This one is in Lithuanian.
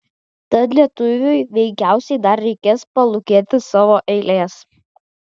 tad lietuviui veikiausiai dar reikės palūkėti savo eilės